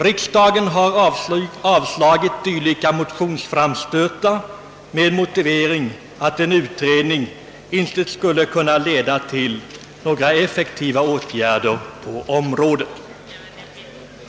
Riksdagen har avslagit dylika motionsframstötar med motivering att en utredning inte skulle kunna leda till några effektiva åtgärder på området.